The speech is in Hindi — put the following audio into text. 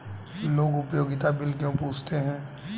लोग उपयोगिता बिल क्यों पूछते हैं?